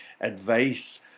advice